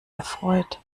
erfreut